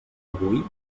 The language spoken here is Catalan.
avui